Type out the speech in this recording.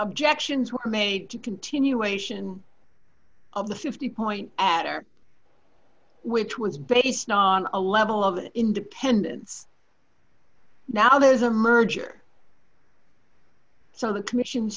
objections were made to continuation of the fifty point at or which was based on a level of independence now there is a merger so the commission